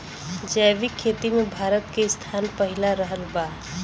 जैविक खेती मे भारत के स्थान पहिला रहल बा